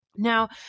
Now